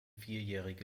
vierjährige